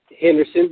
Henderson